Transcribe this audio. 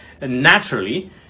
naturally